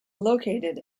located